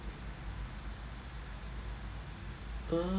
uh